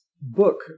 book